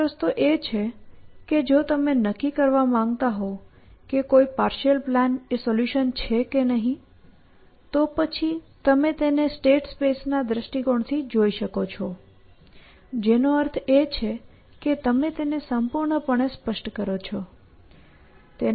એક રસ્તો એ છે કે જો તમે નક્કી કરવા માંગતા હો કે કોઈ પાર્શિઅલ પ્લાન એ કોઈ સોલ્યુશન છે કે નહીં તો પછી તમે તેને સ્ટેટ સ્પેસના દ્રષ્ટિકોણથી જોઈ શકો છો જેનો અર્થ છે કે તમે તેને સંપૂર્ણપણે સ્પષ્ટ કરો છો